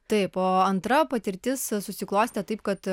taip o antra patirtis susiklostė taip kad